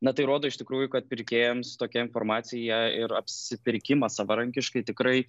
na tai rodo iš tikrųjų kad pirkėjams tokia informacija ir apsipirkimas savarankiškai tikrai